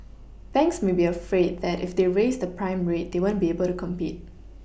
banks may be afraid that if they raise the prime rate they won't be able to compete